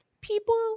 people